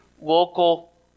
local